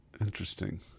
Interesting